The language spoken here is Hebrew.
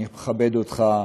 אני מכבד אותך,